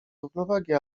równowagi